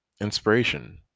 inspiration